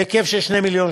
בהיקף של 2 מיליון,